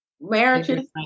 marriages